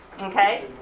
Okay